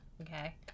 Okay